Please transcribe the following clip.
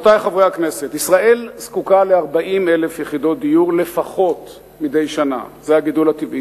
זה הכול חוץ מרגע האמת.